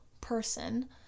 person